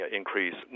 increase